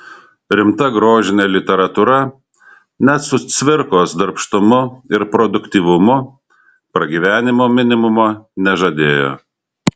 rimta grožinė literatūra net su cvirkos darbštumu ir produktyvumu pragyvenimo minimumo nežadėjo